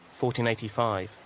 1485